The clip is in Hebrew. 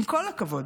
עם כל הכבוד.